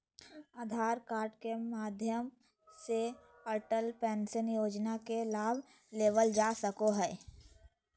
आधार card के माध्यम से अटल पेंशन योजना के लाभ लेवल जा सको हय